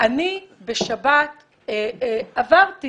בשבת עברתי